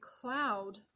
cloud